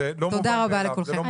זה לא מובן מאליו.